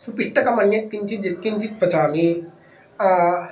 सुपिष्टकम् अन्यत् किञ्चित् किञ्चित् पचामि